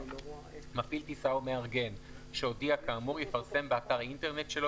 מפעיל טיסה או מארגן שהודיע כאמור יפרסם באתר האינטרנט שלו,